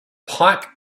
pipe